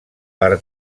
per